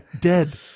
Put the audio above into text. Dead